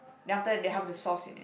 then after that they have the sauce in it